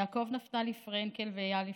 יעקב נפתלי פרנקל ואיל יפרח.